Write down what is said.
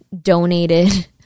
donated